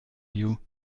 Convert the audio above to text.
you